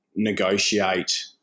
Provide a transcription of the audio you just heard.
negotiate